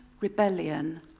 rebellion